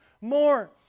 more